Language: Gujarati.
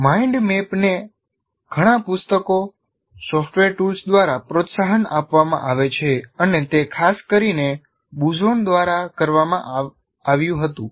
માઇન્ડ મેપને ઘણા પુસ્તકો સોફ્ટવેર ટૂલ્સ દ્વારા પ્રોત્સાહન આપવામાં આવે છે અને તે ખાસ કરીને બુઝોન દ્વારા કરવામાં આવ્યું હતું